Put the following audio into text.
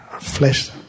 flesh